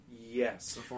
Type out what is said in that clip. Yes